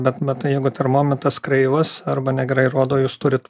bet bet tai jeigu termometas kreivas arba negrai rodo jūs turit